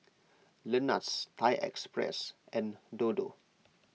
Lenas Thai Express and Dodo